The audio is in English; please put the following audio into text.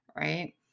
right